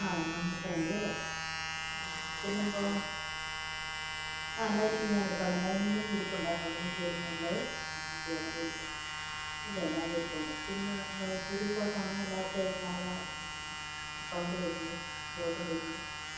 ആ ഹാ അത്രയും മതിയല്ലേ ആ ആ പിന്നെ ഇപ്പോള് ആ ലൈനിങ് ഞാനെടുത്തുകൊള്ളാം ലൈനിങ് തുണി ഇരിപ്പുണ്ട് ആ കളറിന് ചേരുന്നതുണ്ട് ആ പിങ്ക് കളറിരിപ്പുണ്ട് ഇല്ല ഇല്ല അതിരിപ്പുണ്ട് പിന്നെ ചുരി ബോട്ടമാണോ അല്ലാതെ സാധാ അതാണോ പാൻറ്റ് തയ്ക്കേണ്ടത് ബോട്ടം തയ്ക്കേണ്ടത്